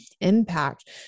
impact